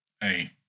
hey